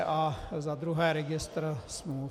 A za druhé registr smluv.